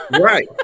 Right